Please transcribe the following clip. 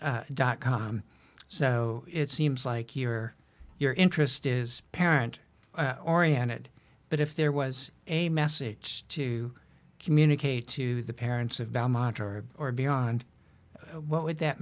dot com so it seems like your your interest is parent oriented but if there was a message to communicate to the parents of belmokhtar or beyond what would that